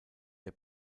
der